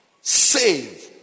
save